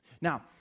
Now